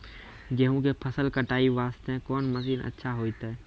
गेहूँ के फसल कटाई वास्ते कोंन मसीन अच्छा होइतै?